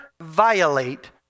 violate